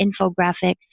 infographics